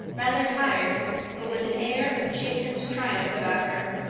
rather tired but with an air of chastened triumph about her.